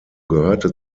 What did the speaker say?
gehörte